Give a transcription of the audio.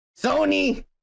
Sony